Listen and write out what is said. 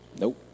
Nope